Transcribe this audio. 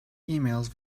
emails